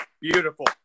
Beautiful